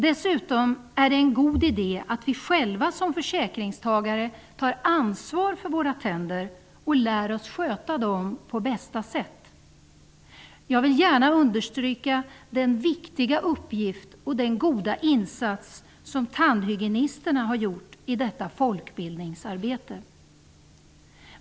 Dessutom är det en god idé att vi själva som försäkringstagare tar ansvar för våra tänder och lär oss att sköta dem på bästa sätt. Jag vill gärna understryka den viktiga uppgift och den goda insats som tandhygienisterna har gjort i detta folkbildningsarbete.